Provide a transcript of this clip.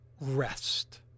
Rest